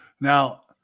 Now